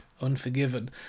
Unforgiven